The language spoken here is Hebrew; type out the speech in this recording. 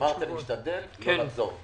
אמרתי שאני אשתדל לא לחזור.